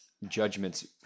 Judgments